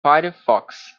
firefox